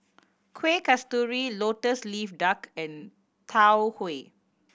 Kueh Kasturi Lotus Leaf Duck and Tau Huay